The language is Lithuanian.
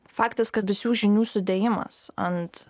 faktas kad visų žinių sudėjimas ant